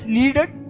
needed